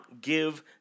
give